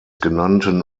genannten